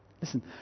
Listen